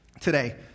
today